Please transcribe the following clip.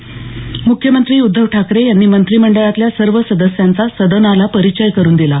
म्रख्यमंत्री उद्धव ठाकरे यांनी मंत्रीमंडळातल्या सर्व सदस्यांचा सदनाला परिचय करून दिला